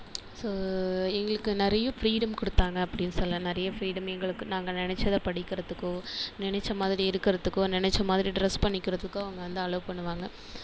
so எங்களுக்கு நிறைய freedom கொடுத்தாங்க அப்படின் சொல்ல நிறைய ஃப்ரீடம் எங்களுக்கு நாங்கள் நினச்சத படிக்கிறதுக்கோ நினச்ச மாதிரி இருக்கிறதுக்கோ நினச்ச மாதிரி ட்ரெஸ் பண்ணிக்கிறதுக்கோ அவங்க வந்து அலோவ் பண்ணுவாங்க